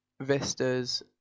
Vistas